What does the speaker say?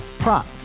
Prop